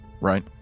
Right